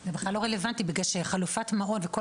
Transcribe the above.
זה בכלל לא רלוונטי כי חלופת מעון וכל